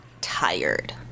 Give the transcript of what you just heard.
tired